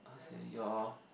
how to say your